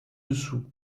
dessous